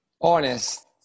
Honest